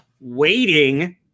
waiting